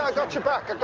ah got your back.